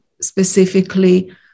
specifically